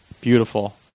Beautiful